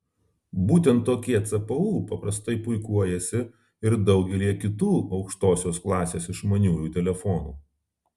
būtent tokie cpu paprastai puikuojasi ir daugelyje kitų aukštosios klasės išmaniųjų telefonų